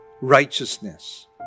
Righteousness